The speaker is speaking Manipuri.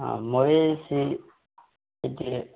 ꯑꯥ ꯃꯣꯔꯦꯁꯤ ꯍꯥꯏꯗꯤ